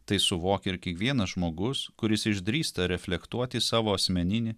tai suvokia ir kiekvienas žmogus kuris išdrįsta reflektuoti savo asmeninį